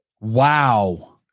Wow